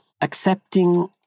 accepting